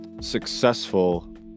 successful